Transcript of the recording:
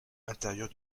intérieur